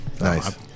Nice